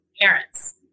parents